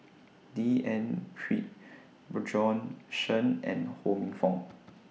D N Pritt Bjorn Shen and Ho Minfong